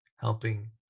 helping